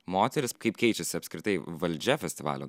moteris kaip keičiasi apskritai valdžia festivalio